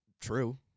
true